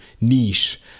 niche